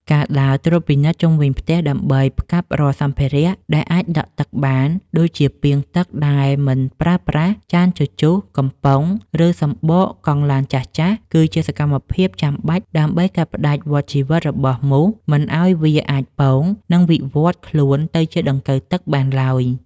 ការដើរត្រួតពិនិត្យជុំវិញផ្ទះដើម្បីផ្កាប់រាល់សម្ភារៈដែលអាចដក់ទឹកបាន ដូចជាពាងទឹកដែលមិនប្រើប្រាស់ ចានជជុះ កំប៉ុង ឬសំបកកង់ឡានចាស់ៗ គឺជាសកម្មភាពចាំបាច់ដើម្បីកាត់ផ្តាច់វដ្តជីវិតរបស់មូសមិនឱ្យវាអាចពង និងវិវត្តខ្លួនទៅជាដង្កូវទឹកបានឡើយ។